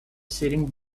sitting